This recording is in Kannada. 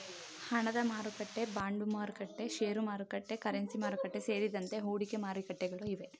ಹಣದಮಾರುಕಟ್ಟೆ, ಬಾಂಡ್ಮಾರುಕಟ್ಟೆ, ಶೇರುಮಾರುಕಟ್ಟೆ, ಕರೆನ್ಸಿ ಮಾರುಕಟ್ಟೆ, ಸೇರಿದಂತೆ ಹೂಡಿಕೆ ಮಾರುಕಟ್ಟೆಗಳು ಇವೆ